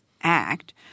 act